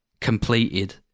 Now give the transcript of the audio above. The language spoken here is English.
completed